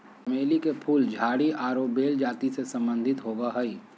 चमेली के फूल झाड़ी आरो बेल जाति से संबंधित होबो हइ